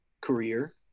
career